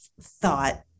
thought